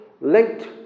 linked